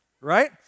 right